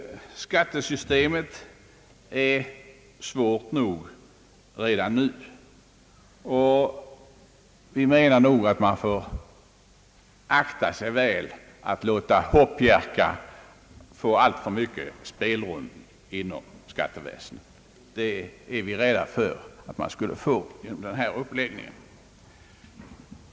Skattesystemet är tillräckligt invecklat redan nu, och vi menar nog att man bör akta sig väl för att låta »hopp jerka» få alltför stort spelrum inom skatteväsendet; vi är rädda för att det skulle bli ett alltför stort utrymme härför med den uppläggning mittenpartierna föreslår.